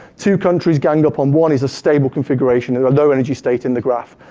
two countries gang up on one is a stable configuration. there's a low energy state in the graph.